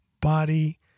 body